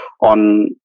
on